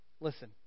Listen